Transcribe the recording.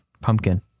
Pumpkin